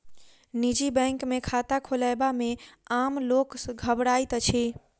निजी बैंक मे खाता खोलयबा मे आम लोक घबराइत अछि